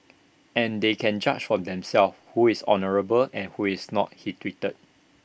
and they can judge for themselves who is honourable and who is not he tweeted